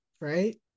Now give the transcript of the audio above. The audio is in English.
right